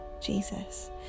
Jesus